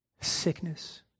sickness